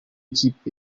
kipe